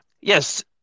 yes